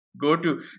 go-to